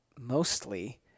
mostly